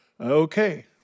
Okay